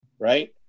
right